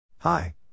Hi